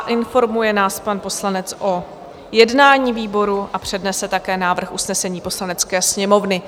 Informuje nás pan poslanec o jednání výboru a přednese také návrh usnesení Poslanecké sněmovny.